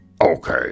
okay